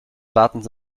buttons